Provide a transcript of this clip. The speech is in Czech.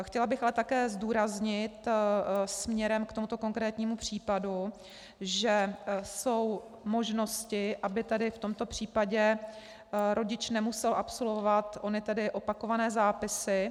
Chtěla bych ale také zdůraznit směrem k tomuto konkrétnímu případu, že jsou možnosti, aby v tomto případě rodič nemusel absolvovat ony opakované zápisy.